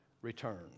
return